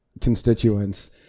constituents